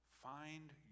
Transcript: Find